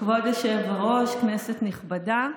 כבוד היושב-ראש, כנסת נכבדה,